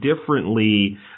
differently